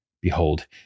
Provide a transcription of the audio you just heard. Behold